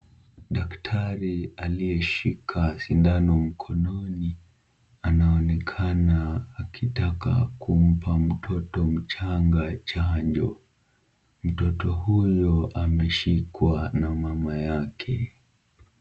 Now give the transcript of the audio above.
Daktari aliyeshika sindano mkononi anaonekana akitaka kumpa mtoto mchanga chanjo. Mtoto huyo ameshikwa na mama yake.